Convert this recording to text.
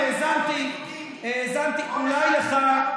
האזנתי לך,